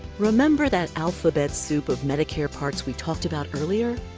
remember that alphabet soup of medicare parts we talked about earlier?